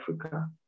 Africa